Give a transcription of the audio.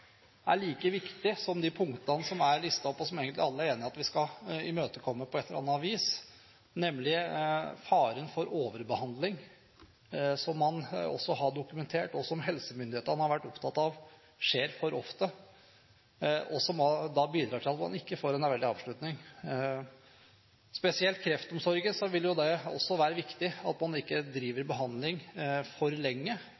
er like viktig som de punktene som er listet opp, og som egentlig alle er enige om at vi skal imøtekomme på et eller annet vis, nemlig faren for overbehandling. Dette har man også dokumentert, og helsemyndighetene har vært opptatt av at det skjer for ofte og da bidrar til at man ikke får en verdig avslutning. Spesielt i kreftomsorgen vil det være viktig at man ikke driver behandling for lenge,